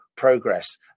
Progress